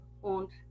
und